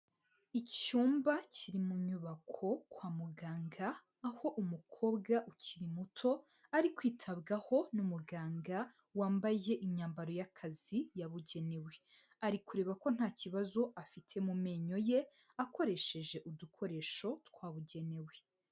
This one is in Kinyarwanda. Icyumba kiri mu nyubako kwa muganga, aho umukobwa ukiri muto ari kwitabwaho n'umuganga wambaye imyambaro y'akazi yabugenewe, ari kureba ko nta kibazo afite mu menyo ye, akoresheje udukoresho twabugenewe.